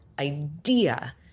idea